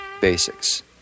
basics